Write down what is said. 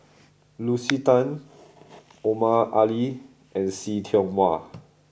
Lucy Tan Omar Ali and See Tiong Wah